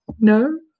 No